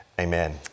Amen